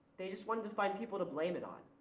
they just wanted to find people to blame it on.